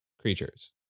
creatures